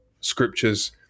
scriptures